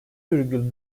virgül